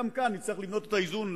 גם כאן נצטרך לבנות את האיזון,